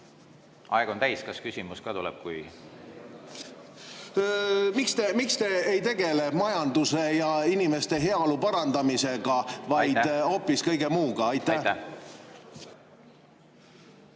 Aeg on täis. Kas küsimus ka tuleb? Miks te ei tegele majanduse ja inimeste heaolu parandamisega, vaid hoopis kõige muuga? Miks